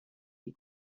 die